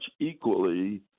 equally